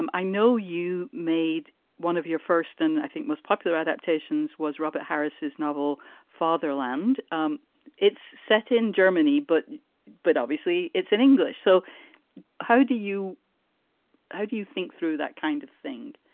um i know you made one of your first and i think most popular adaptations was robert harris's novel fatherland um it's set in germany, but but obviously it's in english. so how do you how do you think through that kind of thing?